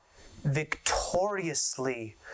victoriously